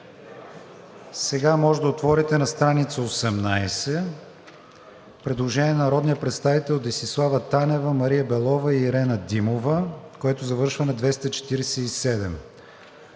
Сега може да отворите на страница 18. Предложение на народните представители Десислава Танева, Мария Белова и Ирена Димова, което завършва на 247.